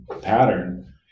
pattern